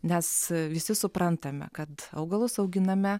nes visi suprantame kad augalus auginame